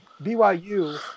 BYU